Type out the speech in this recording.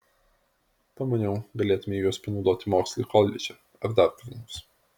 pamaniau galėtumei juos panaudoti mokslui koledže ar dar kur nors